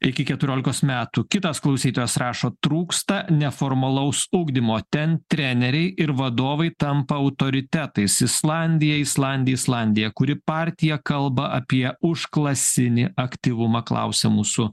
iki keturiolikos metų kitas klausytojas rašo trūksta neformalaus ugdymo ten treneriai ir vadovai tampa autoritetais islandija islandija islandija kuri partija kalba apie užklasinį aktyvumą klausia mūsų